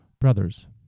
Brothers